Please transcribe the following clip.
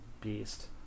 beast